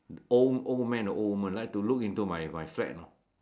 old old man or old woman like to look into my my flat you know